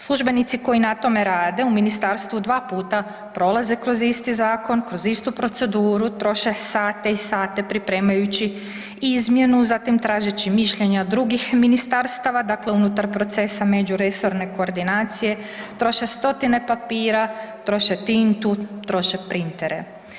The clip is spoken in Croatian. Službenici koji na tome rade u ministarstvu 2 puta prolaze kroz isti zakon, kroz istu proceduru, troše sate i sate pripremajući izmjenu zatim tražeći mišljenja drugih ministarstava dakle unutar procesa međuresorne koordinacije, troše 100-tine papira, troše tintu, troše printere.